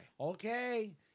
Okay